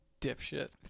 dipshit